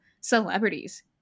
celebrities